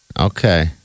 Okay